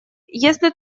если